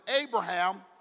Abraham